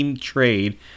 trade